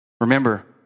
Remember